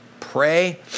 Pray